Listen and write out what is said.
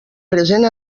present